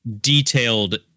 detailed